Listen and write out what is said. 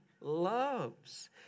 loves